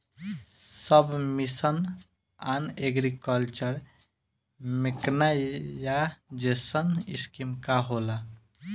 सब mission on agriculture mechanisation scheme का होला?